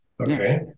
Okay